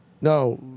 No